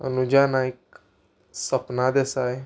Anuja Naik Sapna Desai